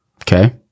Okay